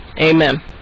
Amen